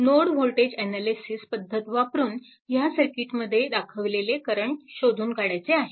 node voltage analysis पद्धत वापरून ह्या सर्किट मध्ये दाखवलेले करंट शोधून काढायचे आहेत